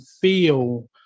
feel